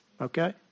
okay